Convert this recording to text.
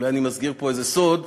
אולי אני מסגיר פה איזה סוד,